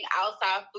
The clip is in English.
outside